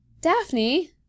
Daphne